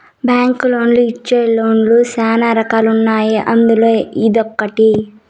బ్యాంకులోళ్ళు ఇచ్చే లోన్ లు శ్యానా రకాలు ఉన్నాయి అందులో ఇదొకటి